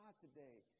today